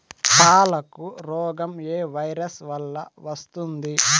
పాలకు రోగం ఏ వైరస్ వల్ల వస్తుంది?